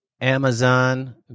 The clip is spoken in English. Amazon